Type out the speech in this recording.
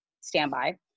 standby